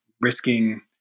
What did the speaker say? risking